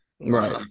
Right